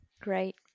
great